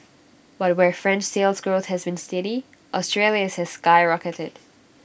but where French Sales Growth has been steady Australia's has skyrocketed